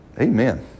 Amen